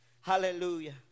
hallelujah